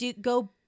go